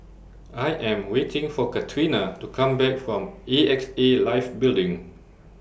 I Am waiting For Catrina to Come Back from A X A Life Building